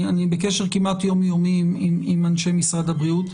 אני בקשר כמעט יומיומי עם אנשי משרד הבריאות,